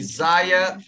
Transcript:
Isaiah